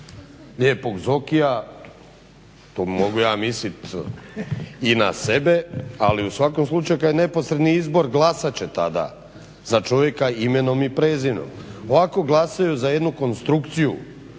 lijepog Zokija, to mogu ja misliti i na sebe, ali u svakom slučaju kad je neposredni izbor glasat će tada za čovjeka imenom i prezimenom. Ovako glasaju za jednu konstrukciju,